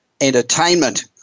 entertainment